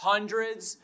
Hundreds